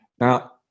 Now